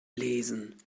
lesen